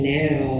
now